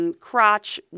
Crotch